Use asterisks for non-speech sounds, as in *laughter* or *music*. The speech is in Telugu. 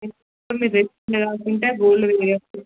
*unintelligible* gold loan